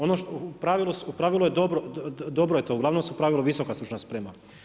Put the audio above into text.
Ono u pravilu je dobro je to, u glavnom su u pravilu visoka stručna sprema.